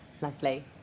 Lovely